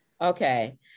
Okay